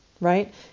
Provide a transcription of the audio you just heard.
right